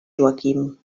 joaquim